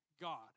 God